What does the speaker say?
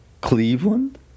Cleveland